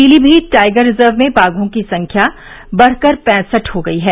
Pilibhit tiger reserve में बाघों की संख्या बढ़कर पैंसठ हो गई है